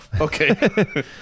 okay